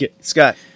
Scott